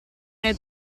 nel